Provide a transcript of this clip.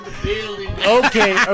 Okay